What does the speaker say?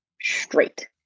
straight